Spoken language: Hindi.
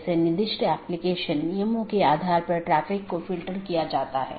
इसके बजाय BGP संदेश को समय समय पर साथियों के बीच आदान प्रदान किया जाता है